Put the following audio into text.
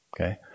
Okay